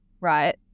right